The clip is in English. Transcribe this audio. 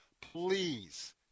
Please